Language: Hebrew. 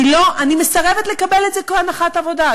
אני מסרבת לקבל את זה כהנחת עבודה.